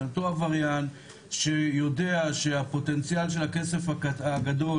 אותו עבריין שיודע שהפוטנציאל של הכסף הגדול